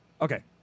Okay